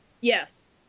Yes